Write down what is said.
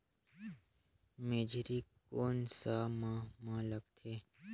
मेझरी कोन सा माह मां लगथे